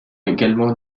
également